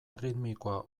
erritmikoa